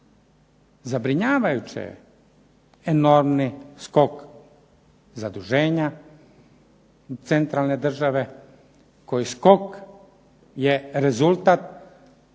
Zabrinjavajuće je enormni skok zaduženja centralne države koji skok je rezultat